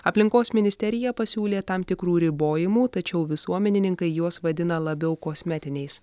aplinkos ministerija pasiūlė tam tikrų ribojimų tačiau visuomenininkai juos vadina labiau kosmetiniais